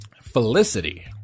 Felicity